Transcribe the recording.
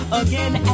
again